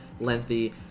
lengthy